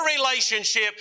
relationship